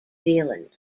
zealand